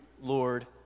Lord